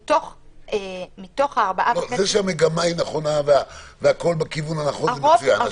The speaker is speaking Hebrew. זה שהמגמה נכונה והכול בכיוון הנכון, זה מצוין.